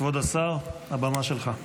כבוד השר, הבמה שלך.